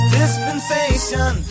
dispensation